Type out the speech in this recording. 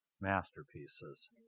masterpieces